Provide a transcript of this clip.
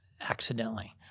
accidentally